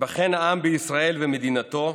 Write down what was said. ייבחן העם בישראל ומדינתו,